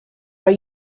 are